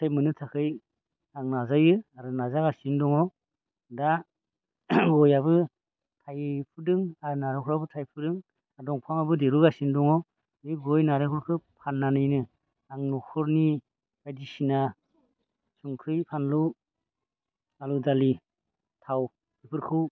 फिथाइ मोननो थाखाय आं नाजायो आरो नाजागासिनो दङ दा गयाबो थाइबोदों नारेंखलाबो थायबोदों दा दंफांआबो देरबोगासिनो दङ बे गय नारेंखलखौ फाननानैनो आं न'खरनि बायदिसिना संख्रि फानलु आलु दालि थाव बेफोरखौ